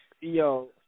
Yo